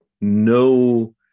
no